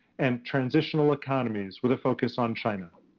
and transitional economies with a focus on china.